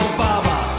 Obama